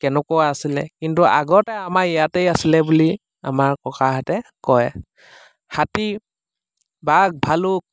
কেনেকুৱা আছিলে কিন্তু আগতে আমাৰ ইয়াতেই আছিলে বুলি আমাৰ ককাহঁতে কয় হাতী বাঘ ভালুক